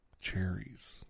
cherries